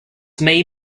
may